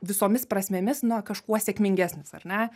visomis prasmėmis na kažkuo sėkmingesnis ar ne